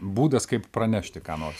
būdas kaip pranešti ką nors